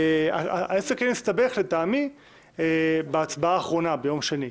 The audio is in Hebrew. העסק הסתבך לטעמי בהצבעה האחרונה ביום שני,